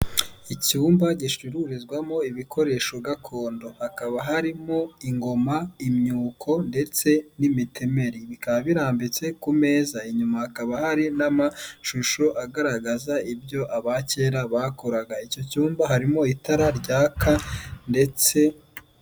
Icyumba gicururizwamo ibikoresho gakondo, hakaba harimo, ingoma, imyuko ndetse n'imitemeri, bikaba birambitse ku meza inyuma hakaba hari n'amashusho agaragaza ibyo abakera bakoraga, icyo cyumba harimo itara ryaka ndetse,